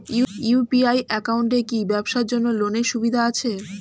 UPI একাউন্টে কি ব্যবসার জন্য লোনের সুবিধা আছে?